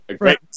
great